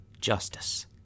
justice